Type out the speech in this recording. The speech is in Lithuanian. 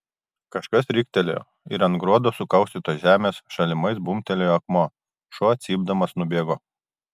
kažkas riktelėjo ir ant gruodo sukaustytos žemės šalimais bumbtelėjo akmuo šuo cypdamas nubėgo